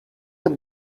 your